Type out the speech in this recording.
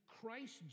Christ